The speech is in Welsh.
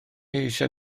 eisiau